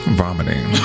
vomiting